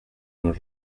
non